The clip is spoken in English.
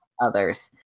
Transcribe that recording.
others